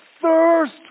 Thirst